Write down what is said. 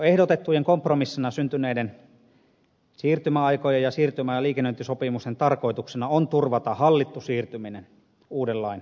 ehdotettujen kompromissina syntyneiden siirtymäaikojen ja siirtymä ja liikennöintisopimusten tarkoituksena on turvata hallittu siirtyminen uuden lain soveltamiseen